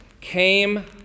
came